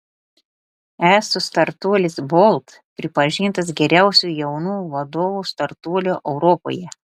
estų startuolis bolt pripažintas geriausiu jaunų vadovų startuoliu europoje